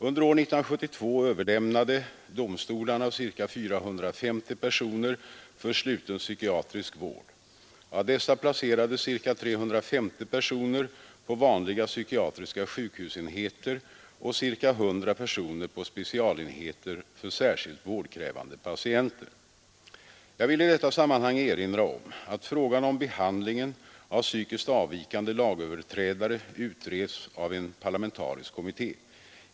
Under år 1972 överlämnade domstolarna ca 450 personer för sluten psykiatrisk vård. Av dessa placerades ca 350 personer på vanliga psykiatriska sjukhusenheter och ca 100 personer på specialenheter för särskilt vårdkrävande patienter. Jag vill i detta sammanhang erinra om att frågan om behandlingen av psykiskt avvikande lagöverträdare utreds av en parlamentarisk kommitté.